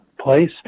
place